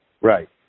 Right